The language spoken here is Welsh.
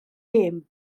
gem